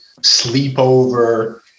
Sleepover